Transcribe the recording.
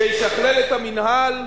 שישכלל את המינהל,